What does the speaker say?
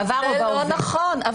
זה לא נכון.